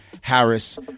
Harris